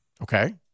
Okay